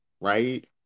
right